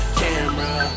camera